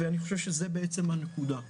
אני חושב שזו בעצם הנקודה.